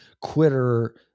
quitter